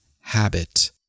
habit